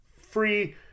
free